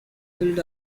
filled